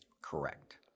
Correct